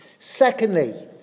Secondly